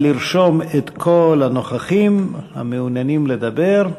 לרשום את כל הנוכחים המעוניינים לדבר.